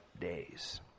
days